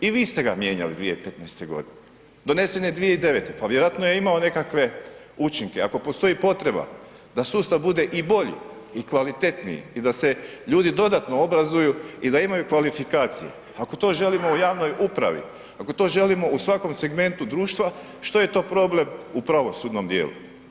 I vi ste ga mijenjali 2015. g. Donesen je 2009., pa vjerojatno je imao nekakve učinke ako postoji potreba da sustav bude i bolji i kvalitetniji i da se ljudi dodatno obrazuju i da imaju kvalifikacije, ako to želimo u javnoj uporabi, ako to želimo u svakom segmentu društva, što je to problem u pravosudnom djelu?